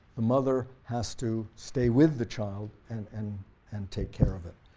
the mother has to stay with the child and and and take care of it.